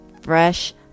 fresh